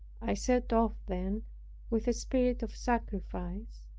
i set off then with a spirit of sacrifice,